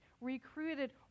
recruited